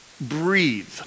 breathe